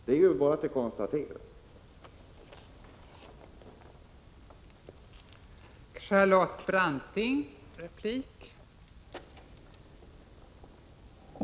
Det är bara att konstatera detta.